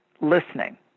listening